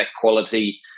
quality